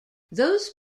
those